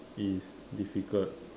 it is difficult